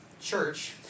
church